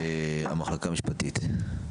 המחלקה המשפטית.